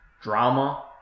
drama